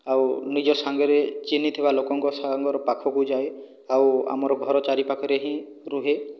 ଆଉ ନିଜ ସାଙ୍ଗେରେ ଚିହ୍ନିଥିବା ଲୋକଙ୍କ ସାଙ୍ଗର ପାଖକୁ ଯାଏ ଆଉ ଆମର ଘର ଚାରିପାଖରେ ହିଁ ରୁହେ